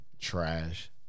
Trash